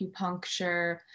acupuncture